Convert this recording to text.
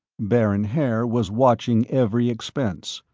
baron haer was watching every expense,